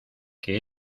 que